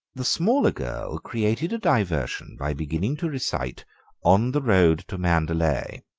the smaller girl created a diversion by beginning to recite on the road to mandalay.